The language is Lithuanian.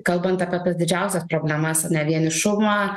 kalbant apie tas didžiausias problemas ane vienišumą